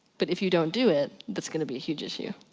but if you don't do it, that's gonna be a huge issue.